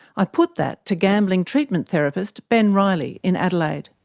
i put that to gambling treatment therapist ben riley, in adelaide.